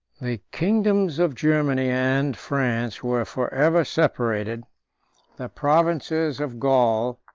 the kingdoms of germany and france were forever separated the provinces of gaul,